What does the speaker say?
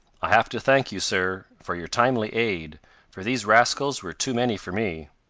i have to thank you, sir, for your timely aid for these rascals were too many for me.